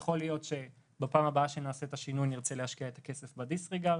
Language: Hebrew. יכול להיות שבפעם הבאה שנעשה את השינוי נרצה להשקיע את הכסף בדיסריגרד,